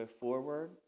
forward